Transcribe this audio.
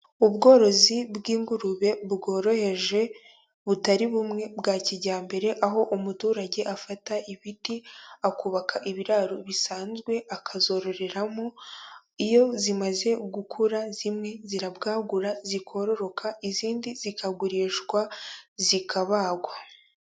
Ubworozi bw'ingurube bworoheje, butari bumwe bwa kijyambere, aho umuturage afata ibiti akubaka ibiraro bisanzwe akazororeramo, iyo zimaze gukura zimwe zirabwagura zikororoka izindi zikagurishwa zikabagwa.